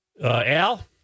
Al